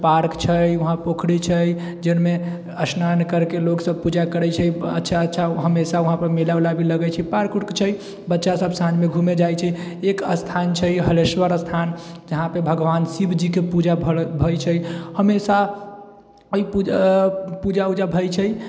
park छै उहा पोखरि छै जोनमे स्नान करके लोग सब पूजा करै छै अच्छा अच्छा उहापे हमेशा मेला उला लगै छै पार्क उर्क छै बच्चा सब साँझमे घुमै जाइ छै एक स्थान छै हरेश्वर स्थान जहाँपे भगवान् शिवजीके पूजा होइ छै हमेशा पूजा उजा भए छै